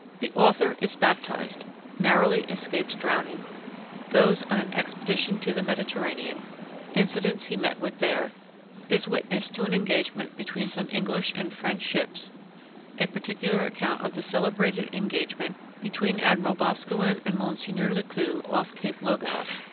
the author is baptized narrowly escapes drowning goes on an expedition to the mediterranean incidents he met with there is witness to an engagement between some english and french ships a particular account of the celebrated engagement between admiral boscawen and mons. you know le clue, off cape logas,